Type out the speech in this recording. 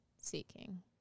seeking